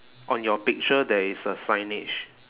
on your picture there is a signage